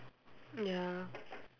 ya